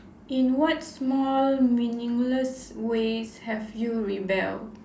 in what small meaningless ways have you rebel